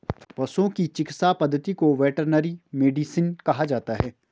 पशुओं की चिकित्सा पद्धति को वेटरनरी मेडिसिन कहा जाता है